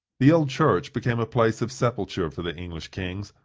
the old church became a place of sepulture for the english kings,